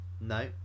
No